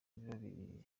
biro